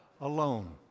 Alone